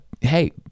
hey